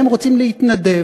והם רוצים להתנדב,